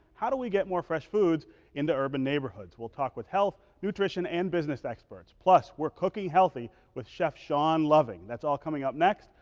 how do we get more fresh foods into urban neighborhoods? we'll talk with health, nutrition and business experts. plus, we're cooking healthy with chef shawn loving. that's all coming up next,